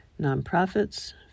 nonprofits